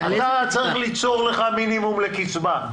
אתה צריך ליצור לך מינימום לקצבה,